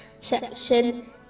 section